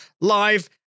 live